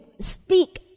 speak